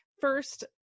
first